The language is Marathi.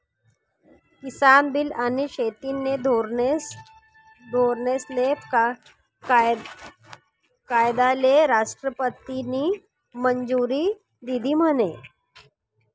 किसान बील आनी शेतीना धोरनेस्ले कायदाले राष्ट्रपतीनी मंजुरी दिधी म्हने?